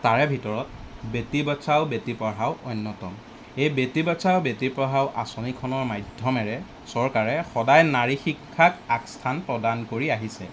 তাৰে ভিতৰত বেটী বচাৱ বেটী পঢ়াৱ অন্যতম এই বেটী বচাৱ' বেটী পঢ়াৱ' আঁচনিখনৰ মাধ্যমেৰে চৰকাৰে সদায় নাৰী শিক্ষাক আগ স্থান প্ৰদান কৰি আহিছে